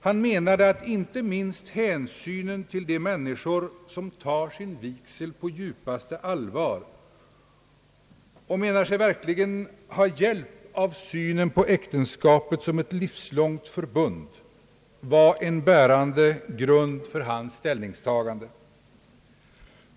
Han menade att inte minst hänsynen till de människor som tar sin vigsel på djupaste allvar och menar sig verkligen ha hjälp av synen på äktenskapet som ett livslångt förbund, var en bärande grund för hans ställningstagande.